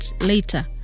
later